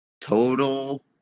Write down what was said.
Total